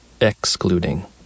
excluding